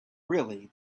really